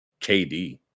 KD